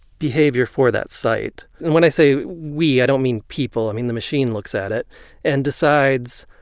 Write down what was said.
behavior for that site. and when i say we, i don't mean people. i mean the machine looks at it and decides,